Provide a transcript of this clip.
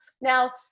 Now